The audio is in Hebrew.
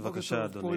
בבקשה, אדוני.